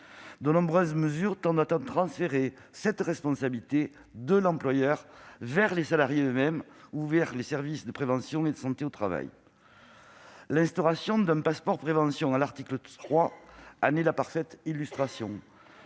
De nombreuses mesures tendent à transférer cette responsabilité vers les salariés eux-mêmes ou vers les services de prévention et de santé au travail. L'instauration d'un passeport prévention à l'article 3 en est la parfaite illustration.